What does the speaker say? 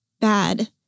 bad